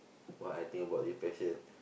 what I think about depression